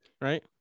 Right